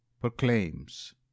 proclaims